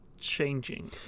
changing